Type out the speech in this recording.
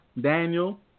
Daniel